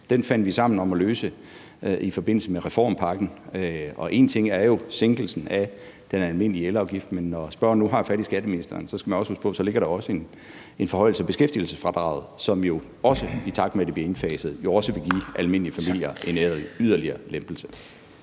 Det fandt vi sammen om at løse i forbindelse med reformpakken. Og én ting er jo sænkelsen af den almindelige elafgift, men når spørgeren nu har fat i skatteministeren, skal man også huske på, at der så også ligger en forhøjelse af beskæftigelsesfradraget, som jo, i takt med at det bliver indfaset, også vil give almindelige familier en yderligere lempelse.